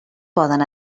poden